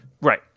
Right